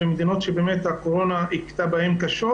במדינות שבאמת הקורונה היכתה בהן קשות,